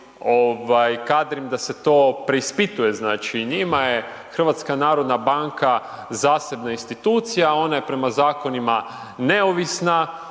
kadrim da se to preispituje, znači njima je HNB zasebna institucija, ona je prema zakonima neovisna